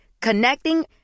Connecting